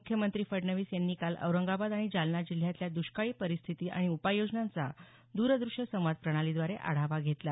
मुख्यमंत्री फडणवीस यांनी काल औरंगाबाद आणि जालना जिल्ह्यातल्या दष्काळ परिस्थिती आणि उपाययोजनांचा द्रदृष्य संवाद प्रणालीद्वारे आढावा घेतला